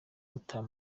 gutaha